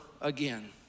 again